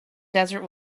desert